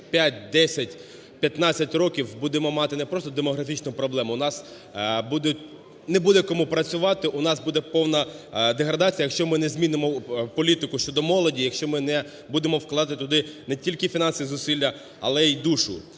5-10-15 років будемо мати не просто демографічну проблему, у нас не буде, кому працювати, у нас буде повна деградація, якщо ми не змінимо політику щодо молоді, якщо ми не будемо вкладати туди не тільки фінансові зусилля, але й душу.